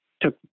took